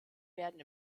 werden